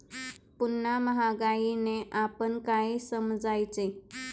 पुन्हा महागाईने आपण काय समजायचे?